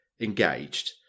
engaged